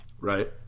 Right